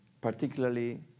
particularly